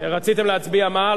רציתם להצביע, מה?